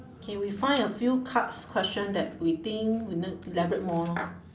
K we find a few cards question that we think we need elaborate more lor